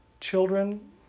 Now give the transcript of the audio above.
children